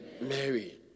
Mary